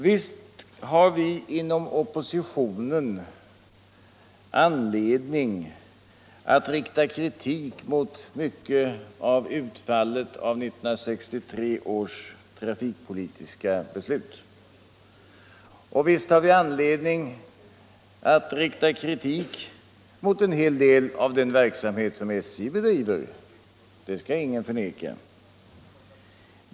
Visst har vi inom oppositionen anledning att rikta kritik mot mycket av utfallet av 1963 års trafikpolitiska beslut, och visst har vi anledning att rikta kritik mot en hel delav den verksamhet som SJ bedriver— det skall ingen förneka.